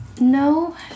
No